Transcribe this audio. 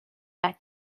that